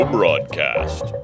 Broadcast